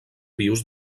vius